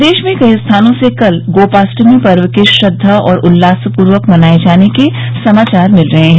प्रदेश में कई स्थानों से कल गोपाष्टमी पर्व के श्रद्वा और उल्लासपूर्वक मनाये जाने के समाचार मिल रहे हैं